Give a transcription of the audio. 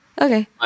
okay